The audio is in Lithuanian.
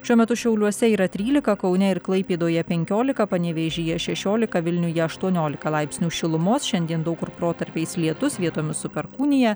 šiuo metu šiauliuose yra trylika kaune ir klaipėdoje penkiolika panevėžyje šešiolika vilniuje aštuoniolika laipsnių šilumos šiandien daug kur protarpiais lietus vietomis su perkūnija